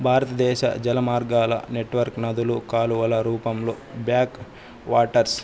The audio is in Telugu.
భారతదేశ జలమార్గాల నెట్వర్క్ నదులు కాలువల రూపంలో బ్యాక్ వాటర్స్